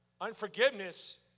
Unforgiveness